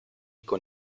con